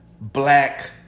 black